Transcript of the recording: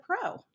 Pro